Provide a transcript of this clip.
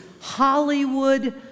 Hollywood